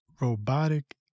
robotic